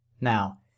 Now